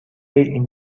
این